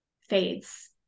fades